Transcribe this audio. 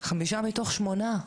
זה חמישה מתוך שמונה,